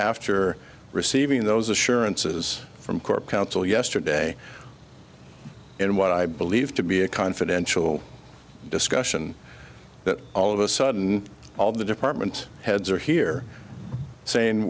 after receiving those assurances from corp counsel yesterday in what i believe to be a confidential discussion that all of a sudden all the department heads are here saying